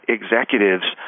executives